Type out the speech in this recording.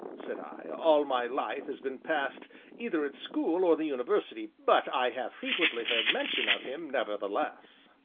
said i all my life has been passed either at school or the university, but i have frequently heard mention of him, nevertheless.